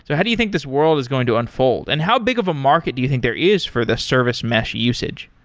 so how do you think this world is going to unfold? and how big of a market do you think there is for the service mesh usage?